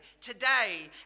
today